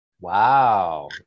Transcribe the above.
Wow